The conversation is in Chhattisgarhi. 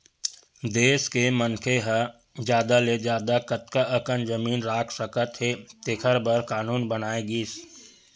देस के मनखे ह जादा ले जादा कतना अकन जमीन राख सकत हे तेखर बर कान्हून बनाए गिस